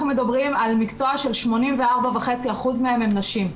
אנחנו מדברים על מקצוע ש-84.5% מהם הן נשים.